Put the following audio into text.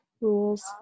rules